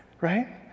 Right